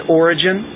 origin